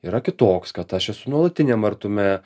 yra kitoks kad aš esu nuolatiniam artume